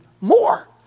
More